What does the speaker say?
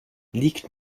liegt